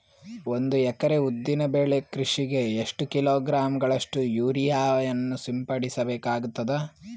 ಒಂದು ಎಕರೆ ಉದ್ದಿನ ಬೆಳೆ ಕೃಷಿಗೆ ಎಷ್ಟು ಕಿಲೋಗ್ರಾಂ ಗಳಷ್ಟು ಯೂರಿಯಾವನ್ನು ಸಿಂಪಡಸ ಬೇಕಾಗತದಾ?